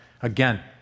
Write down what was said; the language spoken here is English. Again